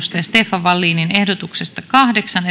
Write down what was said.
stefan wallinin ehdotuksesta kahdeksan